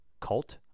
cult